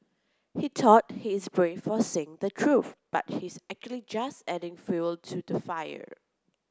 he thought he is brave for saying the truth but he's actually just adding fuel to the fire